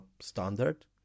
standard